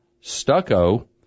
stucco